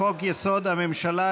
לחוק-יסוד: הממשלה,